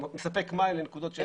גם מספק מים לנקודות שאין מים.